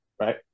right